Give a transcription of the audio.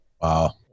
Wow